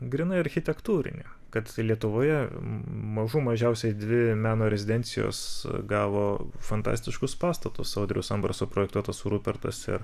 grynai architektūrinį kad lietuvoje mažų mažiausiai dvi meno rezidencijos gavo fantastiškus pastatus audriaus ambraso projektuotas rupertas ir